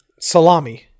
salami